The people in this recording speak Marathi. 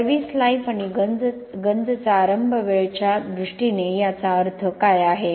सर्व्हिस लाईफ आणि गंज चाआरंभ वेळेच्या दृष्टीने याचा अर्थ काय आहे